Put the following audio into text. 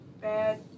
bad